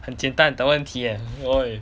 很简单的问题 eh !oi!